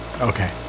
Okay